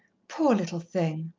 poor little thing!